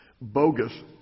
bogus